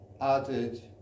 added